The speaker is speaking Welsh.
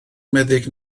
meddyg